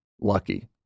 lucky